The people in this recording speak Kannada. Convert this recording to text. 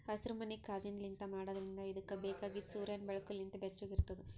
ಹಸಿರುಮನಿ ಕಾಜಿನ್ಲಿಂತ್ ಮಾಡಿದ್ರಿಂದ್ ಇದುಕ್ ಬೇಕಾಗಿದ್ ಸೂರ್ಯನ್ ಬೆಳಕು ಲಿಂತ್ ಬೆಚ್ಚುಗ್ ಇರ್ತುದ್